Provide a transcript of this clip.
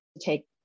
take